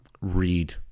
read